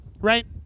right